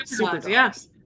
yes